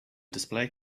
display